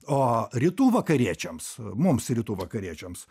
o rytų vakariečiams mums rytų vakariečiams